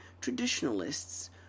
traditionalists